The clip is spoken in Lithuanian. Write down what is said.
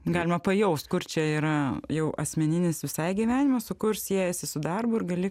galima pajaust kur čia yra jau asmeninis visai gyvenimas o kur siejasi su darbu ir gali